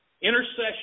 Intercession